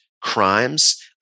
crimes